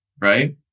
right